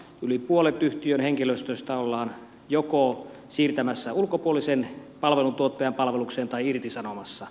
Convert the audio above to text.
yli puolet yhtiön henkilöstöstä ollaan joko siirtämässä ulkopuolisen palveluntuottajan palvelukseen tai irtisanomassa